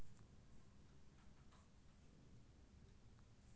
payment processor debit अथवा credit card सं electronic bill भुगतानक सुविधा प्रदान करै छै